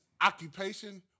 occupation